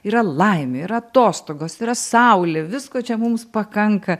yra laimė yra atostogos yra saulė visko čia mums pakanka